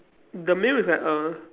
the meal is like a